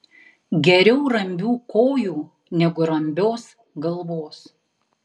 geriau rambių kojų negu rambios galvos